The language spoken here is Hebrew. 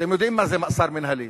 אתם יודעים מה זה מעצר מינהלי,